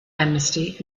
amnesty